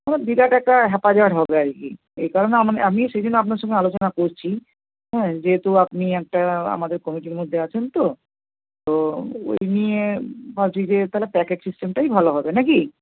আমার বিরাট একটা হ্যাপাজার্ড হবে আর কি এই কারণে আমি সেই জন্য আপনার সঙ্গে আলোচনা করছি হ্যাঁ যেহেতু আপনি একটা আমাদের কমিটির মধ্যে আছেন তো তো ওই নিয়ে ভাবছি যে তাহলে প্যাকেট সিস্টেমটাই ভালো হবে না কি